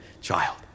child